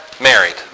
married